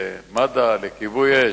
למגן-דוד-אדום ולכיבוי אש.